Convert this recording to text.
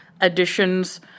additions